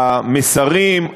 המסרים,